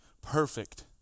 perfect